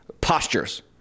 postures